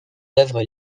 œuvres